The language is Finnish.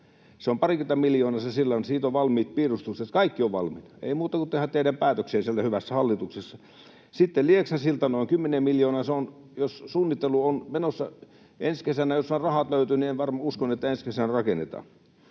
Se on parikymmentä miljoonaa, ja siitä on valmiit piirustukset. Kaikki on valmiina. Ei muuta kuin tehdään päätöksiä siellä hyvässä hallituksessa. Sitten on Lieksan silta, noin kymmenen miljoonaa. Suunnittelu on menossa. Jos vain rahat löytyvät, uskon, että ensi kesänä varmaan